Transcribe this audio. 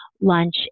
lunch